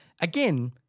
again